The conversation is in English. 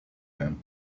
him